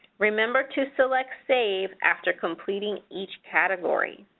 remember to select save after completing each category.